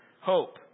hope